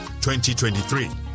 2023